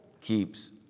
keeps